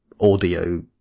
audio